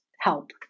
help